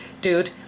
dude